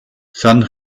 san